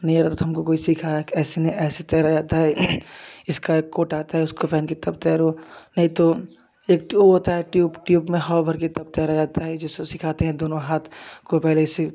नहीं आ रहा था तो हमको कोई सीखाया कि ऐसे नहीं ऐसे तैरा जाता है इसका एक कोट आता है उसको पहन के तब तैरो नहीं तो एक तो होता है ट्यूब ट्यूब में हवा भर के तैरा जाता है जिससे सीखाते हैं दोनों हाथ को पहले से